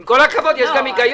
עם כל הכבוד, יש גם היגיון.